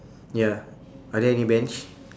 ya are there any bench